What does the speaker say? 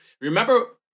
remember